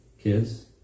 kids